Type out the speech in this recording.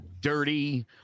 dirty